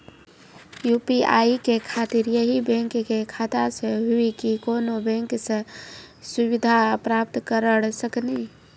UPI के खातिर यही बैंक के खाता से हुई की कोनो बैंक से सुविधा प्राप्त करऽ सकनी?